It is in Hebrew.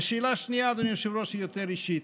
ושאלה שנייה, אדוני היושב-ראש, היא יותר אישית.